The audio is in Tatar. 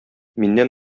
миннән